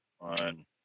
on